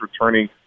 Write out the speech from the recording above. returning